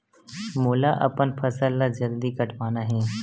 मोला अपन फसल ला जल्दी कटवाना हे?